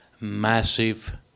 massive